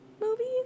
movies